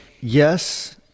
Yes